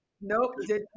nope